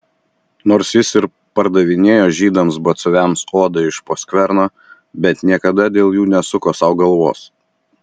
nors jis ir pardavinėjo žydams batsiuviams odą iš po skverno bet niekada dėl jų nesuko sau galvos